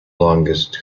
longest